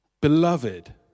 beloved